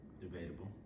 Debatable